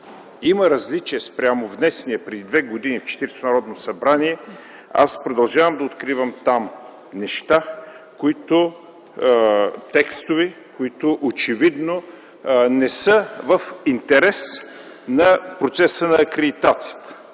има различия спрямо внесения преди внесения преди две години в Четиридесетото Народно събрание, аз продължавам да откривам там текстове, които очевидно не са в интерес на процеса на акредитация.